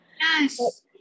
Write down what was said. Yes